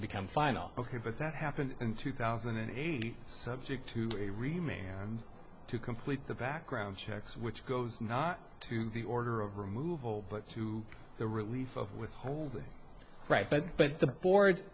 to become final ok but that happened in two thousand and eight subject to a remain to complete the background checks which goes not to the order of removal but to the relief of withholding right but but the board